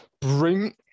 bring